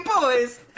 boys